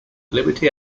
liberty